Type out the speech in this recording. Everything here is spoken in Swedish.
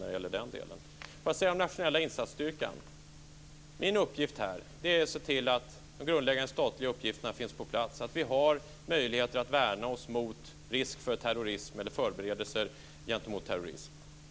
När det gäller den nationella insatsstyrkan är det min uppgift här att se till att de grundläggande statliga funktionerna finns på plats, att vi har möjlighet att värna oss mot risk eller förberedelse för terrorism.